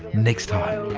next time.